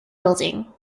building